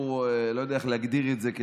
לא יודע איך להגדיר את זה,